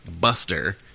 buster